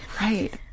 Right